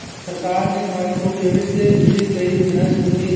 सरकार ने माइक्रोक्रेडिट से जुड़ी कई योजनाएं शुरू की